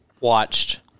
watched